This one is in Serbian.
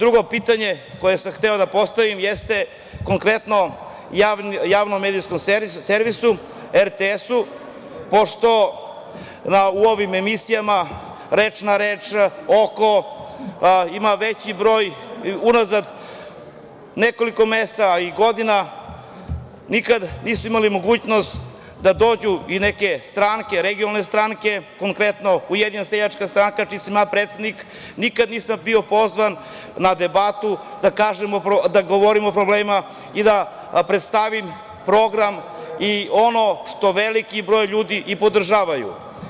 Drugo pitanje, koje sam hteo da postavim jeste, konkretno Javnom medijskom servisu RTS pošto u ovim emisijama „Reč na reč“, „Oko“ ima veći broj unazad nekoliko meseci i godina nikada nisu imali mogućnost da dođu i neke stranke, regionalne stranke, konkretno Ujedinjena seljačka stranka, čiji sam ja predsednik, nikada nisam bio pozvan na debatu da govorim o problemima i da predstavim program i ono što veliki broj ljudi podržavaju.